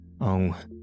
Oh